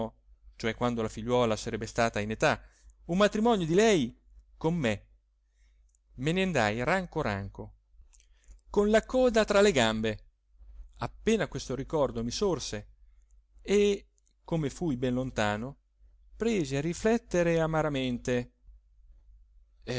cioè quando la figliuola sarebbe stata in età un matrimonio di lei con me me ne andai ranco ranco con la coda tra le gambe appena questo ricordo mi sorse e come fui ben lontano presi a riflettere amaramente